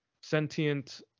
sentient